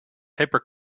paper